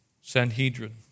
Sanhedrin